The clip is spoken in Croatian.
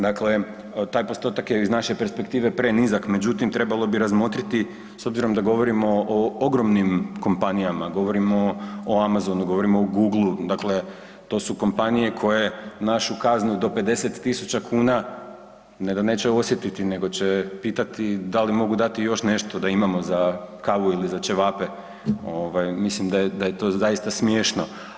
Dakle, taj postotak je iz naše perspektive prenizak međutim trebalo bi razmotriti s obzirom da govorimo o ogromnim kompanijama, govorimo o Amazonu, govorimo o Googleu, dakle to su kompanije koje našu kaznu do 50.000 kuna ne da neće osjetiti nego će pitati da li mogu dati još nešto da imamo za kavu ili za ćevape ovaj, mislim da je to zaista smiješno.